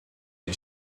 you